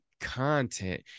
content